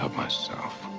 ah myself.